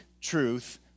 truth